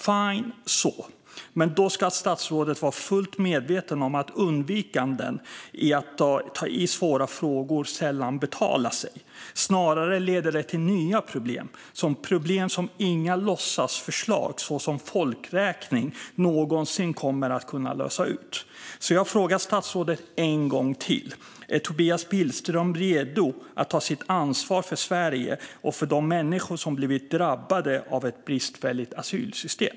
Fine så, men då ska statsrådet vara fullt medveten om att detta att undvika att ta tag i svåra frågor sällan betalar sig. Snarare leder det till nya problem - problem som inga låtsasförslag, som folkräkning, någonsin kommer att kunna lösa. Därför frågar jag statsrådet en gång till: Är Tobias Billström redo att ta sitt ansvar för Sverige och för de människor som blivit drabbade av ett bristfälligt asylsystem?